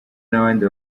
n’abandi